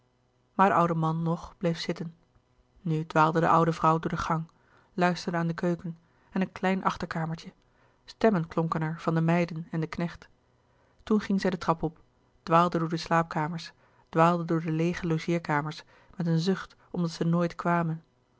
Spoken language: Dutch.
de oude man nog bleef zitten nu dwaalde de oude vrouw door de gang luisterde aan de keuken en een klein achterkamertje stemmen klonken er van de meiden en den knecht toen ging zij de trap op dwaalde door de slaapkamers dwaalde door de leêge logeerkamers met een zucht omdat zij nooit kwamen